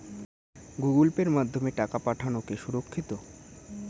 Google Pay মাধ্যমে টাকা পাঠানোকে সুরক্ষিত?